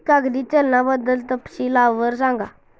कागदी चलनाबद्दल तपशीलवार सांगा